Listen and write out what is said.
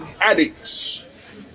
addicts